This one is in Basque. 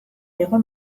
hego